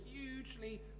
hugely